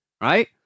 right